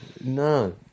no